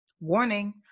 Warning